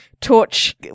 torch